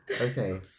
Okay